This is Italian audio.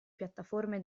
piattaforme